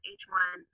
h1